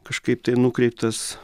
kažkaip tai nukreiptas